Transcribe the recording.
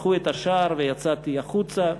פתחו את השער ויצאתי החוצה,